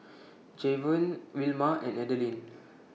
Javon Wilma and Adelyn